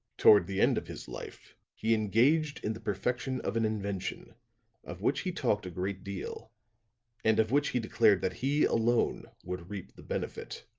toward the end of his life he engaged in the perfection of an invention of which he talked a great deal and of which he declared that he alone would reap the benefit.